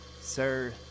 sir